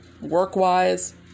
work-wise